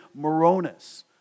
moronis